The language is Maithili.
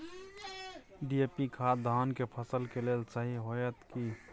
डी.ए.पी खाद धान के फसल के लेल सही होतय की?